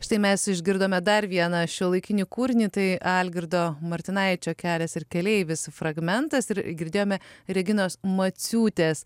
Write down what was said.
štai mes išgirdome dar vieną šiuolaikinį kūrinį tai algirdo martinaičio kelias ir keleivis fragmentas ir girdėjome reginos maciūtės